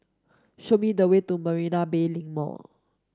show me the way to Marina Bay Link Mall